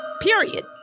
Period